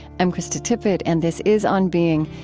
i'm krista tippett, and this is on being.